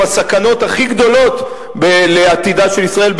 הסכנות הכי גדולות לעתידה של ישראל,